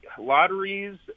lotteries